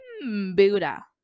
buddha